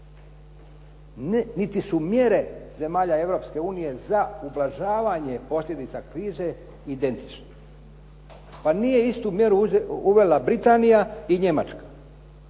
niti su mjere zemalja Europske unije za ublažavanje posljedica krize identični. Pa nije istu mjeru uvela Britanija i Njemačka,